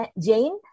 Jane